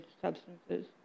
substances